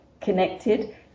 Connected